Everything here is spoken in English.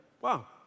Wow